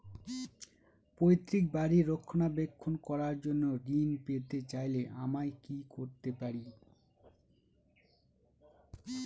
পৈত্রিক বাড়ির রক্ষণাবেক্ষণ করার জন্য ঋণ পেতে চাইলে আমায় কি কী করতে পারি?